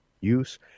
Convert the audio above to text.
use